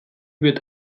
wird